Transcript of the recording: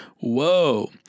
Whoa